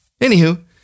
Anywho